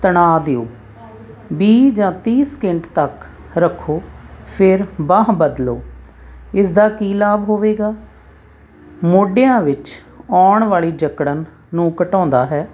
ਤਣਾਅ ਦਿਓ ਵੀਹ ਜਾਂ ਤੀਹ ਸਕਿੰਟ ਤੱਕ ਰੱਖੋ ਫਿਰ ਬਾਂਹ ਬਦਲੋ ਇਸ ਦਾ ਕੀ ਲਾਭ ਹੋਵੇਗਾ ਮੋਢਿਆਂ ਵਿੱਚ ਆਉਣ ਵਾਲੀ ਜਕੜਨ ਨੂੰ ਘਟਾਉਂਦਾ ਹੈ